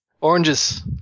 Oranges